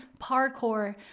parkour